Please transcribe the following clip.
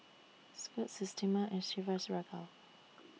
Scoot Systema and Chivas Regal